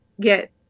get